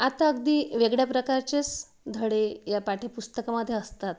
आता अगदी वेगळ्या प्रकारचेच धडे ह्या पाठ्यपुस्तकामध्ये असतात